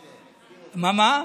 כן,